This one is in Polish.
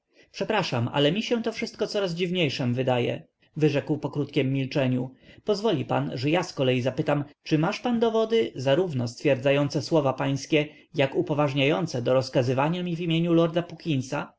przepraszam ale mi się to wszystko coraz dziwniejszem wydaje wyrzekł po krótkiem milczeniu pozwól pan że ja z kolei zapytam czy masz pan dowody zarówno stwierdzające słowa pańskie jak upoważniające do rozkazywania mi w imieniu lorda puckinsa